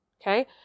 Okay